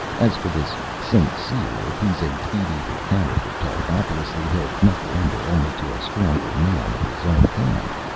as for this st. cyr, if he's a medieval character-type, obviously he'll knuckle under only to a stronger man of his own kind.